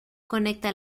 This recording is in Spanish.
conecta